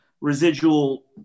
residual